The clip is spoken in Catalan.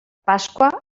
pasqua